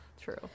True